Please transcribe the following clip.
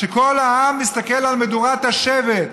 שכל העם מסתכל על מדורת השבט.